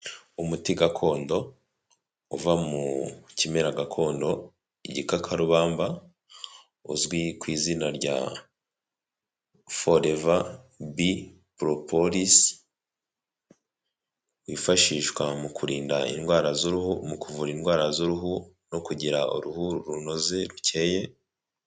Umuti gakondo uva mu kimera gakondo, igikakarubamba, uzwi ku izina rya foreva bi poropolisi, wifashishwa mu kurinda indwara z'uruhu, mu kuvura indwara z'uruhu no kugira uruhu runoze rukeye.